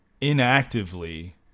inactively